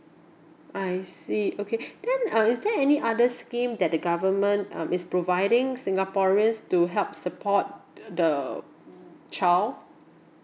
I see okay then uh is there any other scheme that the government um is providing singaporeans to help support the the child